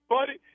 Buddy